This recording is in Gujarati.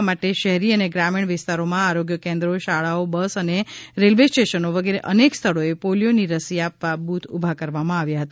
આ માટે શહેરી અને ગ્રામીણ વિસ્તારોમાં આરોગ્ય કેન્દ્રો શાળાઓ બસ અને રેલ્વે સ્ટેશનો વગેરે અનેક સ્થળોએ પોલિયોની રસી આપવા બુથ ઉભા કરવામાં આવ્યા હતા